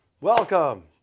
Welcome